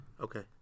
Okay